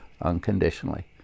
unconditionally